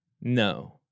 No